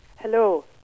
Hello